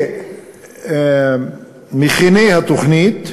למכיני התוכנית,